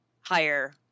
higher